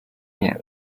演唱